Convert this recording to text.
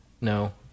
No